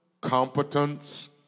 competence